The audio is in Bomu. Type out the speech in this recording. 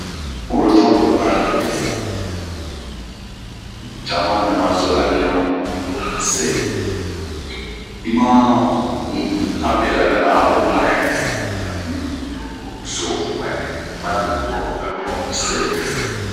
N'yi webun to a cama nɛ ma zora ɲun, to a bunh n'se.ma beranɛ ma o ɲuɛn-ɛn a ɲu to zoo abunh n'se.